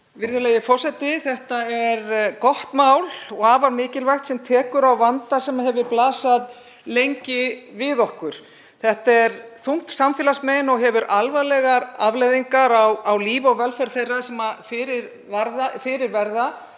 Virðulegi forseti. Þetta er gott og afar mikilvægt mál sem tekur á vanda sem lengi hefur blasað við okkur. Þetta er þungt samfélagsmein og hefur alvarlegar afleiðingar á líf og velferð þeirra sem fyrir verða.